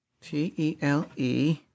T-E-L-E